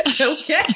Okay